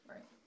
Right